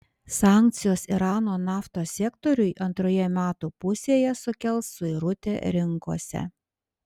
sankcijos irano naftos sektoriui antroje metų pusėje sukels suirutę rinkose